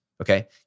okay